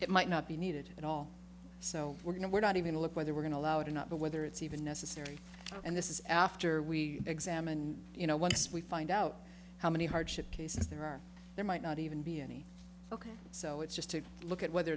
it might not be needed at all so we're going to we're not even look whether we're going to loud or not but whether it's even necessary and this is after we examine you know once we find out how many hardship cases there are there might not even be any ok so it's just to look at whether